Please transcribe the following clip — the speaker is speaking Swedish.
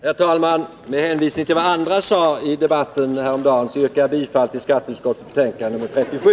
Herr talman! Med hänvisning till vad andra sade i debatten häromdagen yrkar jag bifall till hemställan i skatteutskottets betänkande nr 37.